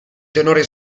tenore